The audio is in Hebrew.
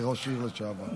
כראש עיר לשעבר.